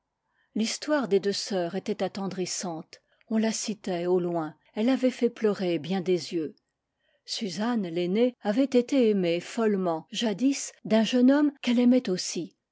l'histoire des deux sœurs était attendrissante on la citait au loin elle avait fait pleurer bien des yeux suzanne l'aînée avait été aimée follement jadis d'un jeune homme qu'elle aimait aussi